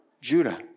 Judah